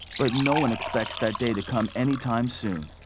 but no one expects that day to come any time soon.